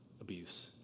abuse